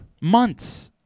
months